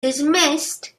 dismissed